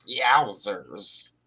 yowzers